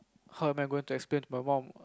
how am I going to explain to my mum